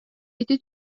ити